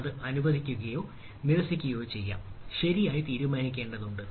അത് അനുവദിക്കുകയോ നിരസിക്കുകയോ ചെയ്യാം ശരിയായി തീരുമാനിക്കേണ്ടതുണ്ട്